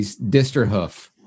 Disterhoof